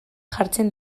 jartzen